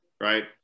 right